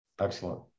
Excellent